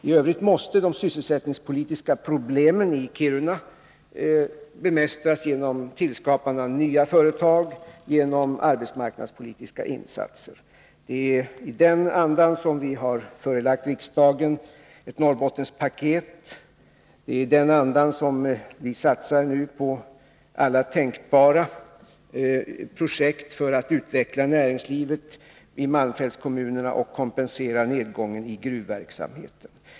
I övrigt måste de sysselsättningspolitiska problemen i Kiruna bemästras genom tillskapande av nya företag och genom arbetsmarknadspolitiska insatser. Det är i den andan som vi har förelagt riksdagen ett Norrbottenspaket. Det är i den andan som vi nu satsar på alla tänkbara projekt för att utveckla näringslivet i malmfältskommunerna och kompensera nedgången i gruvverksamheten.